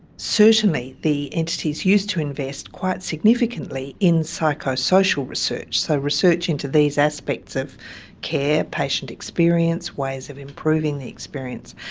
certainly the entities used to invest quite significantly in psycho-social research, so research into these aspects of care, patient experience, ways of improving the experience,